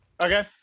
Okay